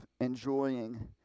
enjoying